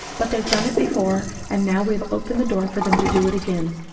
but they've done it before, and now we have opened the door for them to do it again.